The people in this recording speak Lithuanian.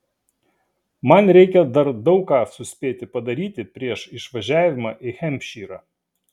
man reikia dar daug ką suspėti padaryti prieš išvažiavimą į hempšyrą